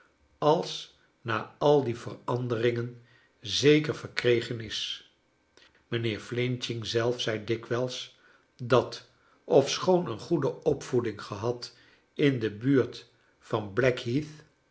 als na al die veranderingen zeker verkregen is mijnheer f zelf zei dikwijls dat ofschoon een goede opvoeding gehad in de buurt van